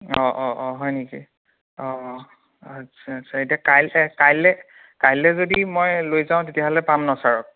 অঁ অঁ অঁ হয় নেকি অঁ অঁ আচ্ছা আচ্ছা এতিয়া কাইলৈ কাইলৈ কাইলৈ যদি মই লৈ যাওঁ তেতিয়াহ'লে পাম ন ছাৰক